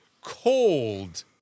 cold